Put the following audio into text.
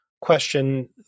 question